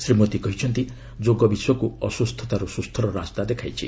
ଶ୍ରୀ ମୋଦି କହିଛନ୍ତି ଯୋଗ ବିଶ୍ୱକୁ ଅସ୍କୁସ୍ଥତାରୁ ସୁସ୍ଥର ରାସ୍ତା ଦେଖାଇଛି